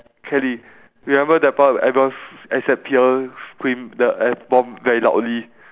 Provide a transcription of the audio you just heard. kelly you remember that part when everyone s~ except pierre scream the F bomb very loudly